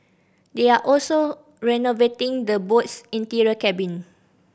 they are also renovating the boat's interior cabin